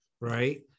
right